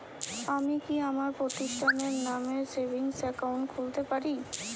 আমি কি আমার প্রতিষ্ঠানের নামে সেভিংস একাউন্ট খুলতে পারি?